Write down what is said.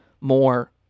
more